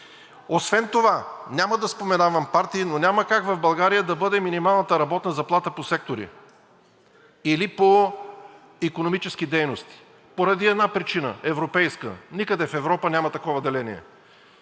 Освен това, няма да споменавам партии, но няма как в България да бъде минималната работна заплата по сектори или по икономически дейности поради една причина, европейска – никъде в Европа няма такова деление.